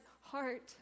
heart